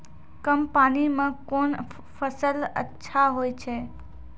कम पानी म कोन फसल अच्छाहोय छै?